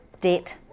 debt